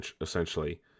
essentially